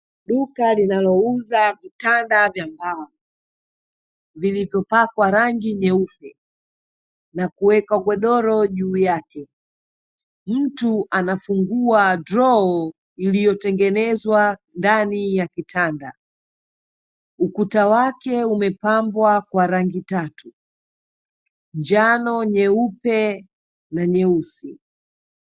Duka linalouza vitanda vya mbao vilivyopakwa rangi nyeupe na kuwekwa godoro juu yake. Mtu anafungua droo iliyotengenezwa ndani ya kitanda. Ukuta wake umepambwa kwa rangi tatu: njano, nyeupe na nyeusi.